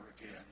again